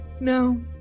No